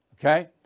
okay